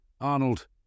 Arnold